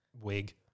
wig